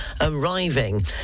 arriving